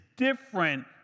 different